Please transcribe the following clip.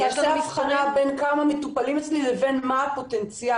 תעשה הבחנה בין כמה מטופלים אצלי לבין מה הפוטנציאל.